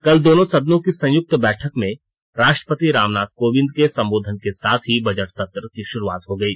कल दोनों सदनों की संयुक्त बैठक में राष्ट्रपति रामनाथ कोविंद के संबोधन के साथ ही बजट सत्र की शुरुआत हो गई